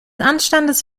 anstandes